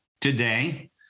today